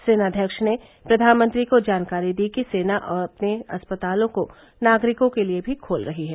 सेनाध्यक्ष ने प्रधानमंत्री को जानकारी दी कि सेना अपने अस्पतालों को नागरिकों के लिए भी खोल रही है